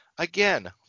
Again